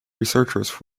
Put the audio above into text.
researchers